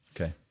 Okay